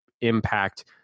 impact